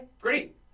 great